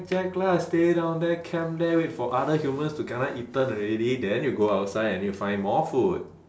relac lah stay down there camp there wait for other humans to kena eaten already then you go outside and then you find more food